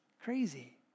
crazy